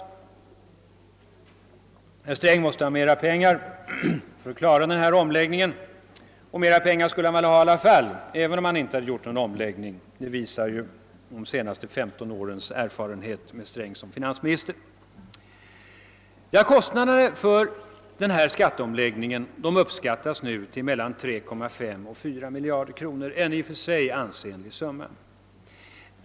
Herr Sträng måste ha mera pengar för att klara denna omläggning, och mera pengar skulle han väl ha i alla fall, även om han inte hade gjort någon omläggning; det visar ju de senaste 15 årens erfarenhet av herr Sträng som finansminister. Kostnaderna för skatteomläggningen uppskattas nu till mellan 3,5 och 4 miljarder kronor — en i och för sig ansenlig summa.